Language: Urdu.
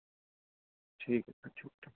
ٹھیک ہے اچھا